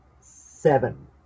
seven